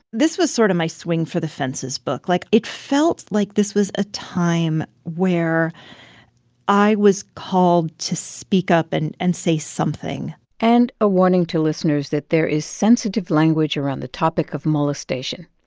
this was sort of my swing-for-the-fences book. like, it felt like this was a time where i was called to speak up and and say something and a warning to listeners that there is sensitive language around the topic of molestation.